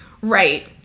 Right